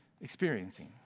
experiencing